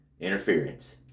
interference